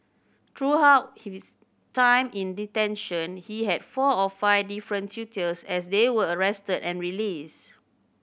throughout his time in detention he had four or five different tutors as they were arrested and released